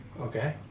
Okay